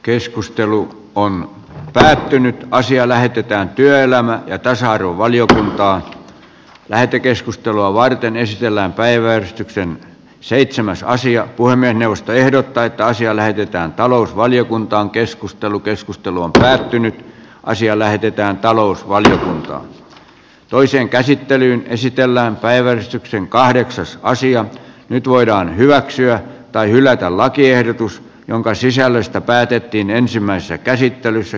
keskustelu on täytynyt asia lähetetään työelämä ja tasa arvon jota johtaa lähetekeskustelua varten ei siellä päiväystyksen seitsemäs aasian puolemme neuvosto ehdottaa että asia lähetetään talousvaliokuntaan keskustelu keskustelu on päättynyt ja asia lähetetään talousvaliokuntaan toiseen käsittelyyn esitellään päiväystyksen kahdeksasta asian nyt voidaan hyväksyä tai hylätä lakiehdotus jonka sisällöstä päätettiin ensimmäisessä käsittelyssä